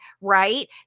right